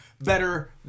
better